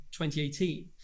2018